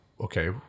okay